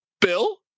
Bill